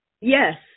Yes